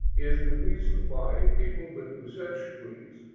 is the reason why people with research degrees,